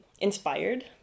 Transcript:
inspired